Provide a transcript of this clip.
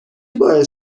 باعث